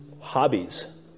hobbies